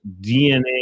DNA